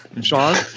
Sean